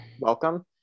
welcome